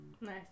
Nice